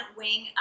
wing